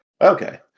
Okay